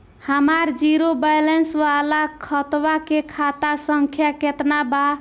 हमार zero balance वाला खतवा के खाता संख्या केतना बा?